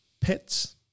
pets